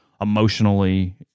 emotionally